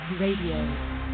RADIO